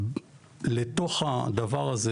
לתוך הדבר הזה,